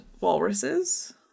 walruses